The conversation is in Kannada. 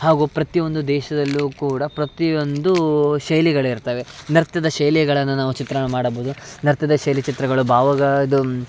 ಹಾಗೂ ಪ್ರತಿಯೊಂದು ದೇಶದಲ್ಲೂ ಕೂಡ ಪ್ರತಿಯೊಂದು ಶೈಲಿಗಳಿರ್ತವೆ ನರ್ತನ ಶೈಲಿಗಳನ್ನು ನಾವು ಚಿತ್ರಣ ಮಾಡಬೌದು ನರ್ತನ ಶೈಲಿ ಚಿತ್ರಗಳು ಬಾವಗಾದು